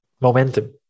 momentum